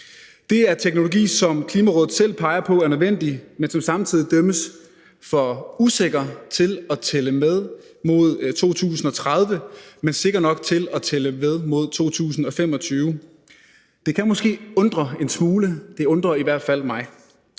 Det er teknologi, som Klimarådet selv peger på er nødvendig, men som samtidig dømmes for at være for usikker til at tælle med mod 2030, men sikker nok til at tælle med mod 2025. Det kan måske undre en smule – det undrer i hvert fald mig.